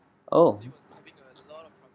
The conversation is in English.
oh